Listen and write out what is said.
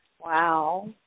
Wow